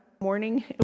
morning